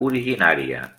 originària